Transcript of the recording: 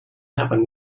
happen